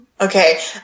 okay